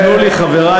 זה מתאים ועוד איך.